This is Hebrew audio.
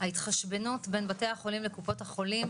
(התחשבנות בין בתי חולים לקופות חולים),